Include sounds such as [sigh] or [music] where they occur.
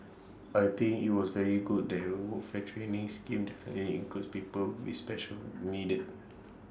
I think IT was very good that the [unintelligible] fare training schemes definitively include people with special needs